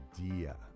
idea